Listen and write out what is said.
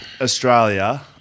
Australia